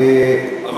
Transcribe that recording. אבל.